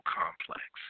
complex